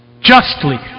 Justly